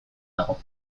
nago